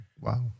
wow